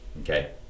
Okay